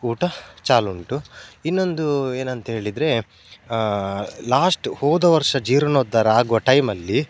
ಊಟ ಚಾಲು ಉಂಟು ಇನ್ನೊಂದು ಏನು ಅಂತೇಳಿದರೆ ಲಾಸ್ಟ್ ಹೋದವರ್ಷ ಜೀರ್ಣೋದ್ಧಾರ ಆಗುವ ಟೈಮಲ್ಲಿ